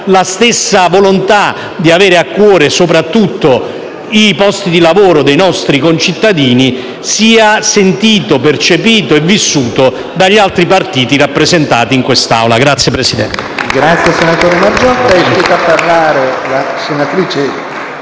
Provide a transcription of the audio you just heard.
la stessa volontà di avere a cuore soprattutto i posti di lavoro dei nostri concittadini siano sentiti, percepiti e vissuti dagli altri partiti rappresentati in quest'Aula. *(Applausi